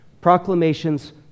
Proclamation's